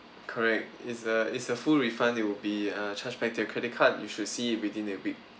correct it's a it's a full refund it will be uh charged by the credit card you should see it within a week